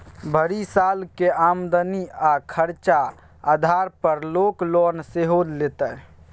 भरि सालक आमदनी आ खरचा आधार पर लोक लोन सेहो लैतै